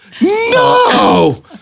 No